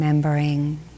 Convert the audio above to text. Remembering